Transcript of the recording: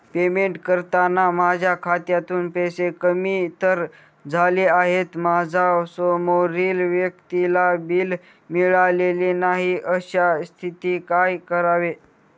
Payment करताना माझ्या खात्यातून पैसे कमी तर झाले आहेत मात्र समोरील व्यक्तीला बिल मिळालेले नाही, अशा स्थितीत काय करावे?